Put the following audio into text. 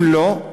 אם לא,